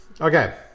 Okay